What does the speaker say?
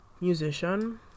musician